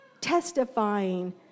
testifying